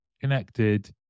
connected